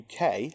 UK